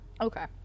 Okay